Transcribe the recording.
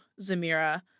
Zamira